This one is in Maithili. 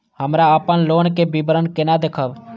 हमरा अपन लोन के विवरण केना देखब?